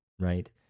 right